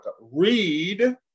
read